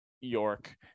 York